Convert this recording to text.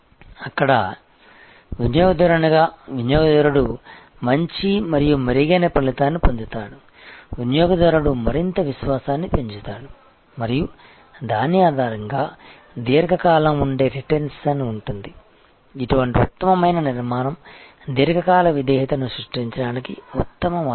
అక్కడ వినియోగదారునిగా వినియోగదారుడు మంచి మరియు మెరుగైన ఫలితాన్ని పొందుతాడు వినియోగదారుడు మరింత విశ్వాసాన్ని పెంచుతాడు మరియు దాని ఆధారంగా దీర్ఘకాలం ఉండే రిటెన్షన్ ఉంటుంది ఇటువంటి ఉత్తమమైన నిర్మాణం దీర్ఘకాల విధేయతను సృష్టించడానికి ఉత్తమ మార్గం